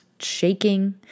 shaking